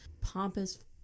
Pompous